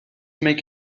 make